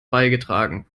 beigetragen